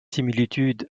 similitudes